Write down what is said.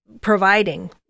providing